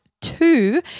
two